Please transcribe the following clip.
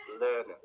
learners